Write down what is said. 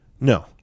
No